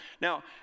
Now